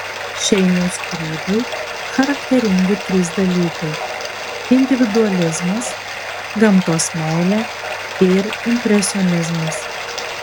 šeiniaus kūrybai charakteringi trys dalykai individualizmas gamtos meilė ir impresionizmas